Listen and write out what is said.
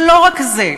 ולא רק זה,